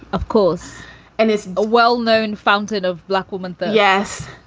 of course and it's a well-known fountain of black woman. yes